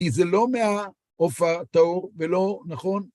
כי זה לא מהעוף הטהור ולא נכון.